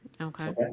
Okay